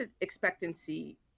expectancy